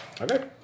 Okay